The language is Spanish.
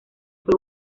fue